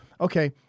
okay